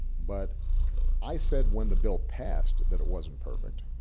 but i said when the bill passed that it wasn't perfect.